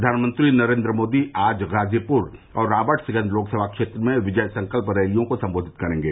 प्रधानमंत्री नरेन्द्र मोदी आज गाजीपुर और राईट्सगंज लोकसभा क्षेत्र में विजय संकल्प रैलियों को संबोधित करेंगे